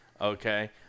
okay